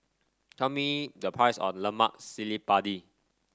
tell me the price of Lemak Cili Padi